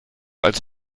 als